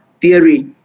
theory